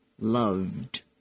loved